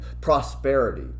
prosperity